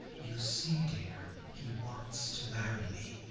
you see, dear, he wants to marry me,